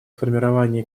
формирования